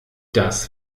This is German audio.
das